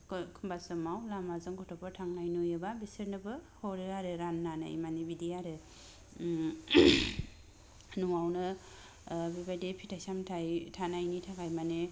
खौ एखम्बा समाव लामाजों गथ'फोर थांनाय नुयोबा बिसोरनोबो हरो आरो रान्नानै माने बिदि आरो ओम न'आवनो ओ बेबायदि फिथाय सामथाय थानायनि थाखाय माने